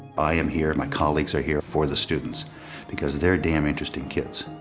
i am here, my colleagues are here for the students because they're damn interesting kids.